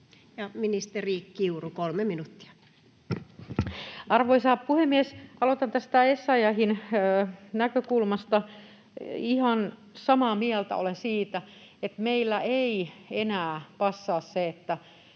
ministeri Kiuru, 3 minuuttia. Arvoisa puhemies! Aloitan tästä Essayahin näkökulmasta. Ihan samaa mieltä olen siitä, että meillä ei enää passaa se, että...